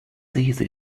easy